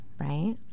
Right